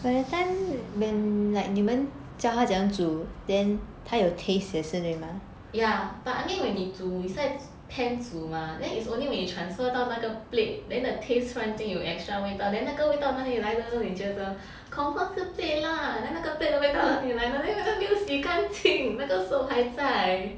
ya but I mean when 你煮你在 pan 煮 mah then it's only when you transfer 到那个 plate then the taste 突然间有 extra 味道 then 那个味道哪里来的你觉得 confirm 是 plate lah then 那个 plate 的味道哪里来他没有洗干净那个 soap 还在